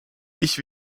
ich